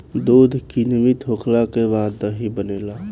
दूध किण्वित होखला के बाद दही बनेला